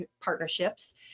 partnerships